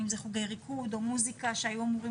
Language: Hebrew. בין אם זה חוגי ריקוד או מוסיקה שהיו אמורים